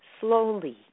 slowly